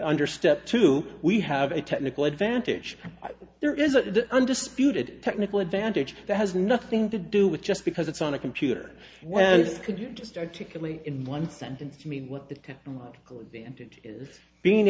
under step two we have a technical advantage there is the undisputed technical advantage that has nothing to do with just because it's on a computer well could you just articulate in one sentence mean what the technological advantage is being